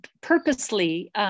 purposely